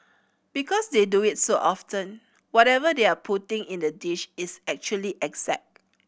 because they do it so often whatever they are putting in the dish is actually exact